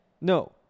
no